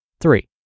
Three